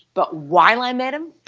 but why i met him,